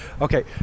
Okay